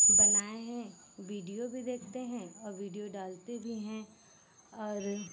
बनाए हैं वीडियो भी देखते हैं और वीडियो डालते भी हैं और